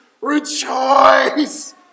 rejoice